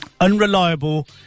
unreliable